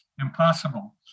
impossible